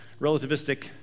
relativistic